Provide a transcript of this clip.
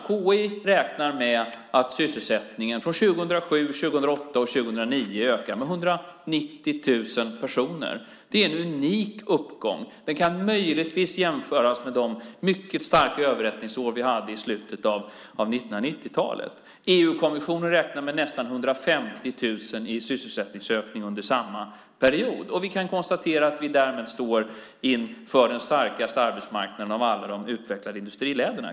KI räknar med att sysselsättningen för 2007, 2008 och 2009 ökar med 190 000 personer. Det är en unik uppgång. Den kan möjligtvis jämföras med de mycket starka överhettningsår vi hade i slutet av 1990-talet. EU-kommissionen räknar med nästan 150 000 i sysselsättningsökning under samma period. Därmed står vi inför den starkaste arbetsmarknaden av alla i de utvecklade industriländerna.